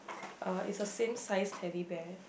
uh is a same size Teddy Bear